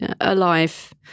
alive